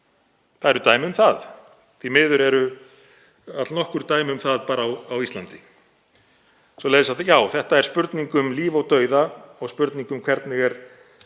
Það eru dæmi um það. Því miður eru allnokkur dæmi um það á Íslandi. Svoleiðis að já, þetta er spurning um líf og dauða og spurning um hvernig